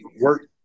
work